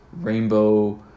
Rainbow